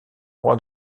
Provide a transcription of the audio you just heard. rois